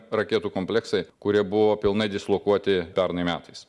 raketų kompleksai kurie buvo pilnai dislokuoti pernai metais